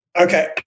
Okay